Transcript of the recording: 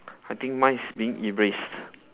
I think mine is being erased